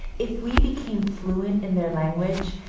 if we became fluent in their language,